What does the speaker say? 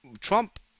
Trump